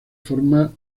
forma